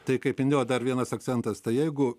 tai kaip indija dar vienas akcentas tai jeigu